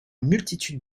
multitude